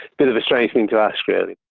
bit of a strange thing to ask, really.